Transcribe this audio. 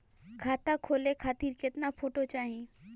खाता खोले खातिर केतना फोटो चाहीं?